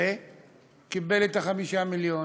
וקיבל את ה-5 מיליון.